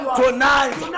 tonight